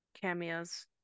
cameos